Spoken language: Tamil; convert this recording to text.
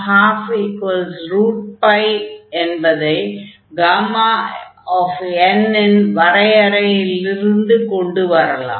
12 என்பதை n இன் வரையறையிலிருந்து கொண்டு வரலாம்